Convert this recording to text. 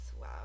wow